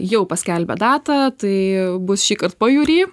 jau paskelbė datą tai bus šįkart pajūry